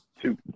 two